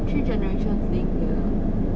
three generation staying together